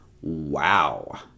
wow